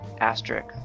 asterisk